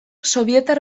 sobietar